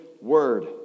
word